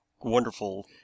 Wonderful